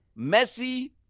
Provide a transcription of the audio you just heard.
Messi